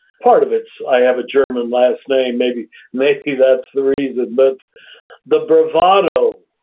part of it's i have a german last name. maybe maybe that's the reason. but the bravado,